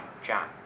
John